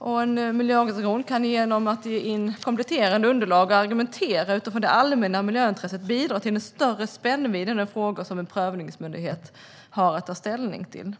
En miljöorganisation kan genom att lämna in kompletterande underlag och argumentera utifrån det allmänna miljöintresset bidra till större spännvidd i de frågor som en prövningsmyndighet har att ta ställning till.